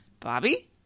Bobby